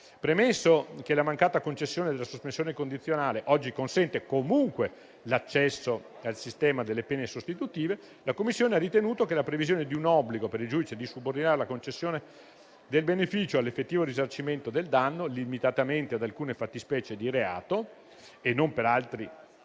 Premesso che la mancata concessione della sospensione condizionale oggi consente comunque l'accesso al sistema delle pene sostitutive, la Commissione ha ritenuto che la previsione di un obbligo per il giudice di subordinare la concessione del beneficio all'effettivo risarcimento del danno, limitatamente ad alcune fattispecie di reato e non per altre della